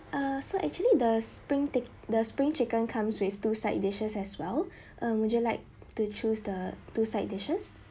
err so actually the spring take the spring chicken comes with two side dishes as well um would you like to choose the two side dishes